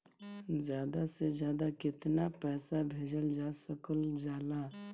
ज्यादा से ज्यादा केताना पैसा भेजल जा सकल जाला?